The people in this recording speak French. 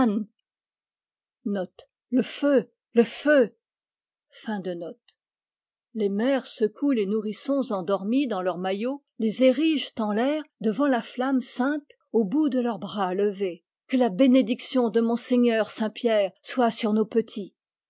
les mères secouent les nourrissons endormis dans leurs maillots les érigent en l'air devant la flamme sainte au bout de leurs bras levés que la bénédiction de monseigneur saint pierre soit sur nos petits